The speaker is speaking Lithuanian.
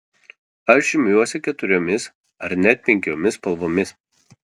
aš žymiuosi keturiomis ar net penkiomis spalvomis